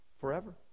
forever